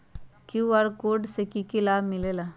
QR code से कि कि लाव मिलेला?